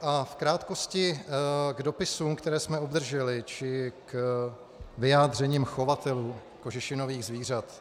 V krátkosti k dopisům, které jsme obdrželi, či k vyjádřením chovatelů kožešinových zvířat.